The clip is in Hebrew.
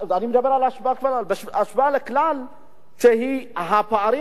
ואני מדבר בהשוואה לכלל, הפערים